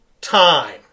time